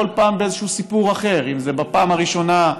כל פעם באיזשהו סיפור אחר: אם זה בפעם הראשונה,